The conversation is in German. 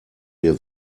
wir